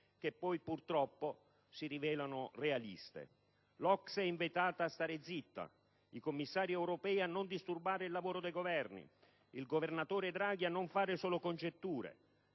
che poi, purtroppo, si rivelano realiste. L'OCSE è invitata a stare zitta; i commissari europei a non disturbare il lavoro del Governo; il governatore Draghi a non fare solo congetture.